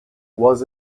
was